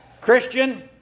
Christian